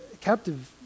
captive